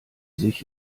sich